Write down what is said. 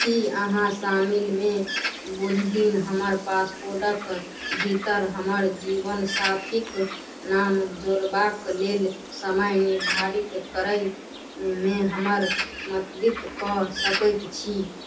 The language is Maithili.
कि अहाँ शामिलमे बुध दिन हमर पासपोर्टक भीतर हमर जीवन साथिके नाम जोड़बाक लेल समय निर्धारित करयमे हमर मदति कऽ सकैत छी